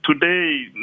today